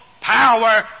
power